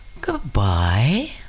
Goodbye